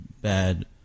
bad